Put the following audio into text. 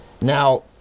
now